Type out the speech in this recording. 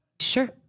Sure